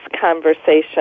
conversation